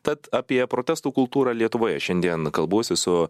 tad apie protestų kultūrą lietuvoje šiandien kalbuosi su